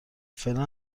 فعلا